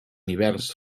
hiverns